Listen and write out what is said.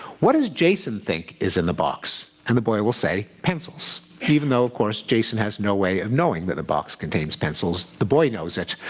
what does jason think is in the box? and the boy will say pencils. even though, of course, jason has no way of knowing that the box contains pencils, the boy knows it,